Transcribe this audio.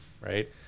right